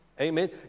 Amen